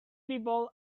people